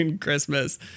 Christmas